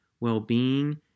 well-being